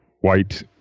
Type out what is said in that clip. white